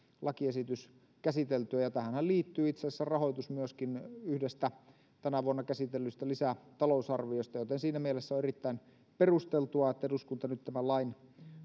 lakiesitys käsiteltyä ja tähänhän liittyy itse asiassa rahoitus myöskin yhdestä tänä vuonna käsitellystä lisätalousarviosta joten siinä mielessä on erittäin perusteltua että eduskunta nyt tämän lain